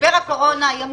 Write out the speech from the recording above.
משבר הקורונה ימשיך,